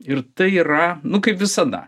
ir tai yra nu kaip visada